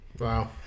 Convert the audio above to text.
Wow